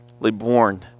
born